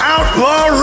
Outlaw